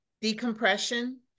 decompression